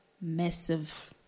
massive